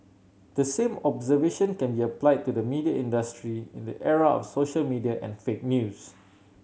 the same observation can be applied to the media industry in the era of social media and fake news